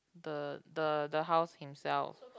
the the the house himself